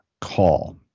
call